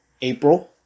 April